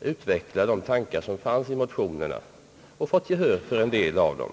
utveckla de tankar som fanns 1 motionerna och fått gehör för en del av dem.